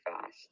fast